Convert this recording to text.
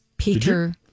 Peter